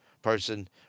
person